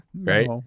Right